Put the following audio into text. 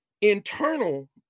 internal